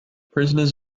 prisoners